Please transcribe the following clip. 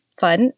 fun